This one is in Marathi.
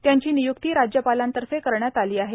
त्यांची निय्क्ती राज्यपालांतर्फे करण्यात आली आहे